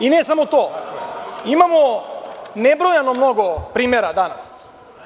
I ne samo to, imamo nebrojeno mnogo primera danas.